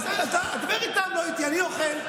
לא, כי יש פה חברים שזה לא מספיק להם.